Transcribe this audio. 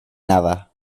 nada